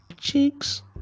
cheeks